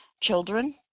children